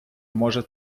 може